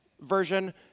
version